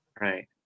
Right